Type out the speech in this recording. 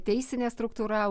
teisinė struktūra